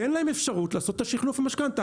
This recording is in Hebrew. תן להם אפשרות לעשות את השחלוף משכנתה.